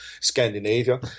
Scandinavia